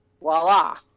voila